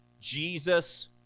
Jesus